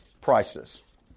prices